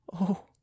Oh